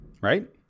right